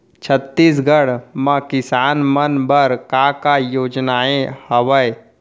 छत्तीसगढ़ म किसान मन बर का का योजनाएं हवय?